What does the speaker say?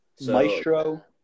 Maestro